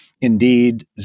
Indeed